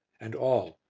and all,